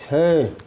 छै